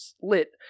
lit